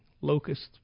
locusts